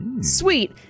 Sweet